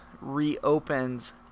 reopens